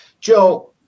Joe